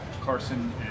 Carson